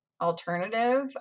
Alternative